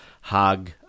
hug